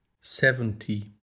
seventy